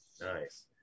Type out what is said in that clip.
nice